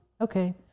Okay